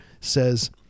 says